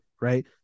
right